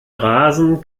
rasen